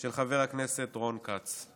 של חבר הכנסת רון כץ.